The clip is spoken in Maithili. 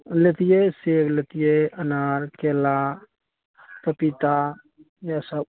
लेतियै सेब लेतियै अनार केला पपीता इएह सब